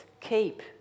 keep